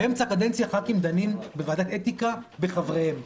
באמצע קדנציה ח"כים דנים בוועדת האתיקה בחבריהם,